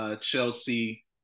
Chelsea